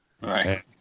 Right